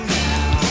now